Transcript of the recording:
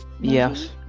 Yes